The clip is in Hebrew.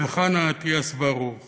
וחנה אטיאס-ברוך